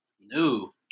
No